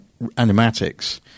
animatics